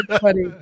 funny